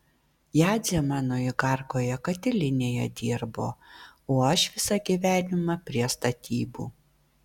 jadzė mano igarkoje katilinėje dirbo o aš visą gyvenimą prie statybų